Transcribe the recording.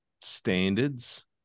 standards